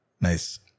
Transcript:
Nice